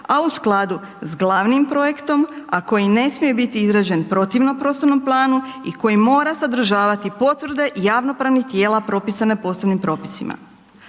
a u skladu s glavnim projektom a koji ne smije biti izražen protivno poslovnom planu i koja mora sadržavati potvrde javno-pravnih tijela propisane posebnim propisima.